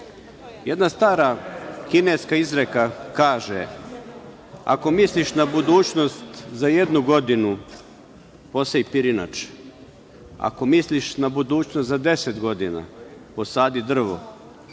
jedna stara kineska izreka kaže: „Ako misliš na budućnost za jednu godinu, posej pirinač. Ako misliš na budućnost za 10 godina, posadi drvo.